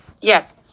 Yes